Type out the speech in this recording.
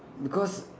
because